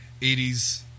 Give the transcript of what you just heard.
80s